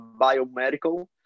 biomedical